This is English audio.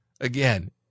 again